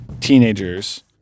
teenagers